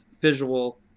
visual